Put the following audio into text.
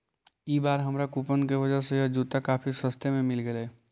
ई बार हमारा कूपन की वजह से यह जूते काफी सस्ते में मिल गेलइ